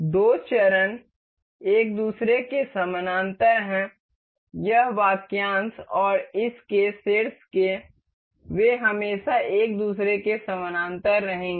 दो चरण एक दूसरे के समानांतर हैं यह वाक्यांश और इस के शीर्ष एक वे हमेशा एक दूसरे के समानांतर रहेंगे